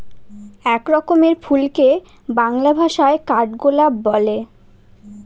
এক রকমের ফুলকে বাংলা ভাষায় কাঠগোলাপ বলে